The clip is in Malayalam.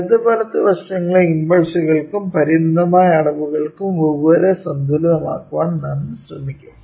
ഇടത് വലത് വശങ്ങളെ ഇമ്പൾസുകൾക്കും പരിമിതമായ അളവുകൾക്കും വെവ്വേറെ സന്തുലിതമാക്കാൻ ഞാൻ ശ്രമിക്കും